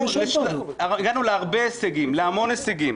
הגענו להרבה הישגים, להמון הישגים.